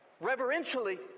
reverentially